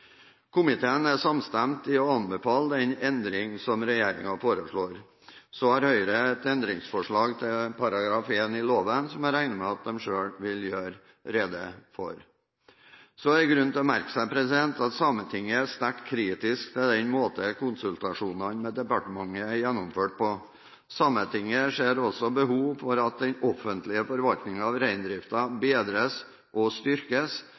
Komiteen er samstemt i å anbefale den endringen som regjeringen foreslår. Høyre har et endringsforslag til § 1 i loven, som jeg regner med de vil gjøre rede for selv. Det er grunn til å merke seg at Sametinget er sterkt kritisk til den måte konsultasjonene med departementet er gjennomført på. Sametinget ser også behov for at den offentlige forvaltningen av reindriften bedres og styrkes,